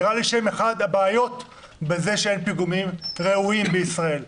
נראה לי שהם אחת הבעיות בזה שאין פיגומים ראויים בישראל,